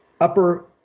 Upper